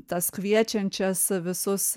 tas kviečiančias visus